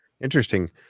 Interesting